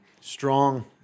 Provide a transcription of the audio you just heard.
strong